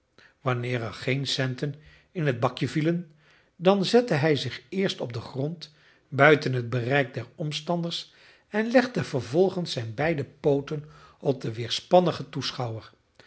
wanneer er geen centen in het bakje vielen dan zette hij dit eerst op den grond buiten het bereik der omstanders en legde vervolgens zijn beide pooten op den weerspannigen toeschouwer